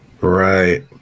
Right